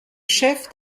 chef